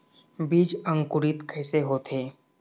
बीज अंकुरित कैसे होथे?